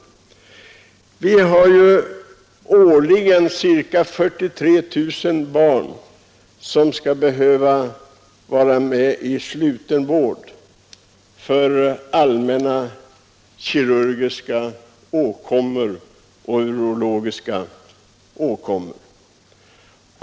I vårt land behöver årligen ca 43 000 barn vårdas i sluten vård för allmänna kirurgiska och urologiska åkommor.